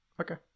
okay